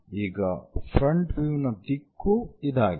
ಈಗ front view ನ ದಿಕ್ಕು ಇದಾಗಿದೆ